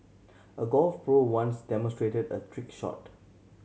a golf pro once demonstrated a trick shot